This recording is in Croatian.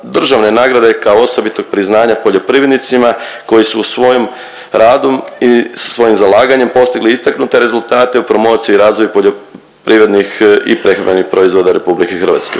državne nagrade kao osobitog priznanja poljoprivrednicima koji su u svojem radu i svojim zalaganjem postigli istaknute rezultate u promociji i razvoju poljoprivrednih i prehrambenih proizvoda Republike Hrvatske.